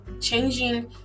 changing